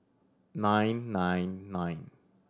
nine nine nine